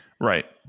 Right